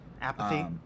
apathy